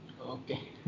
okay